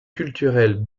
culturel